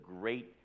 great